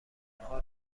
آنها